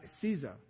Caesar